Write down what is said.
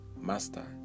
Master